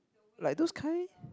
like those kind